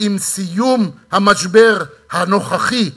עם סיום המשבר הנוכחי,